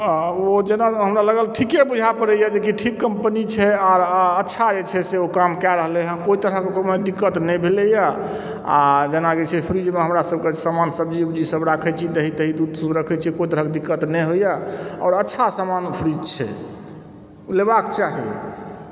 आ ओ जेना हमरा लागल ठीके बुझाए पड़ै यऽ जेकि ठीक कम्पनी छै आर अच्छा जे छै से ओ काम कए रहलै हँ कोइ तरहके कोनो दिक्कत नहि भेलै यऽ आ जेना छै कि फ्रीज मे हमरा सबके सामान सब्जी उब्जी सब राखै छी दही तही दूध तूध राखै छियै कोइ तरहक दिक्कत नहि होइ यऽ आओर अच्छा समान ओ फ्रीज छै ओ लेबाक चाही